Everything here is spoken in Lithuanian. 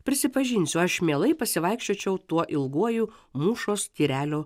prisipažinsiu aš mielai pasivaikščiočiau tuo ilguoju mūšos tyrelio